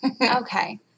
Okay